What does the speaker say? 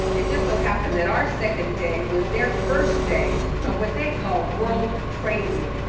it just so happened that our second day was their first day of what they call world trade week.